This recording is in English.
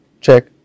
Check